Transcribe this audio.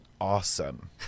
awesome